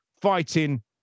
fighting